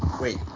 Wait